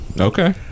Okay